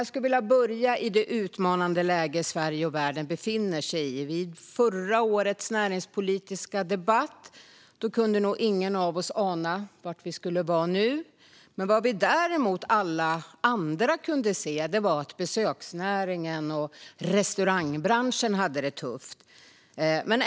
Jag skulle vilja börja i det utmanande läge Sverige och världen befinner sig i. Vid förra årets näringspolitiska debatt kunde nog ingen av oss ana var vi skulle vara nu. Vad vi däremot alla kunde se var att besöksnäringen och restaurangbranschen hade det tufft.